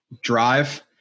drive